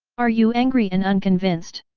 are you angry and unconvinced?